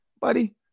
buddy